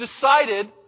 decided